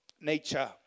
nature